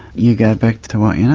you go back to what you know,